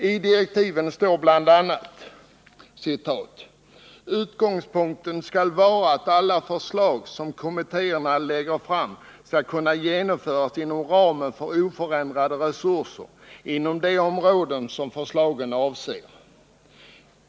I direktiven står bl.a.: ”Utgångspunkten skall vara att alla förslag som kommittéerna lägger fram skall kunna genomföras inom ramen för oförändrade resurser inom de områden som förslagen avser.